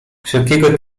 wszelkiego